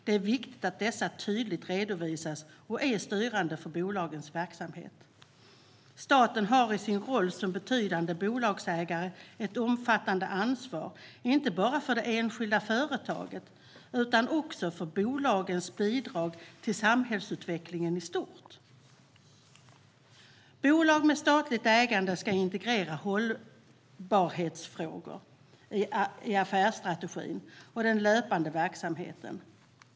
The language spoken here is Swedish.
Det är viktigt att dessa tydligt redovisas och är styrande för bolagens verksamhet. Staten har i sin roll som betydande bolagsägare ett omfattande ansvar, inte bara för de enskilda företagen utan också för bolagens bidrag till samhällsutvecklingen i stort. Bolag med statligt ägande ska integrera hållbarhetsfrågor i affärsstrategin och den löpande verksamheten.